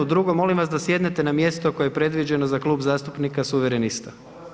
Drugo, molim vas da sjednete na mjesto koje je predviđeno za Klub zastupnika suverenista.